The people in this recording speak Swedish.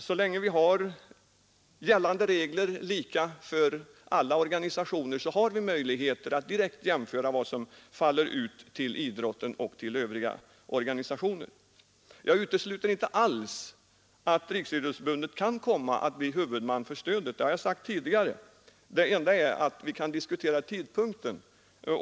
Så länge vi har regler som gäller lika för alla organisationer har vi möjligheter att direkt jämföra vad som går till idrotten och vad som går till övriga organisationer. Jag utesluter alls inte att Riksidrottsförbundet kan komma att bli huvudman för stödet. Det har jag sagt tidigare. Det vi kan diskutera är tidpunkten.